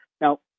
now